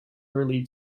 early